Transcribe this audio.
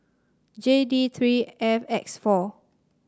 J D three F X four